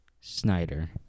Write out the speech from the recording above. Snyder